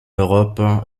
europe